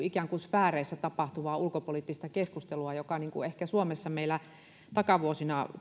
ikään kuin jotain sfääreissä tapahtuvaa ulkopoliittista keskustelua joka ehkä takavuosina